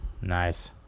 nice